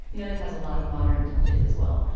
you know, that has a lot of modern touches as well.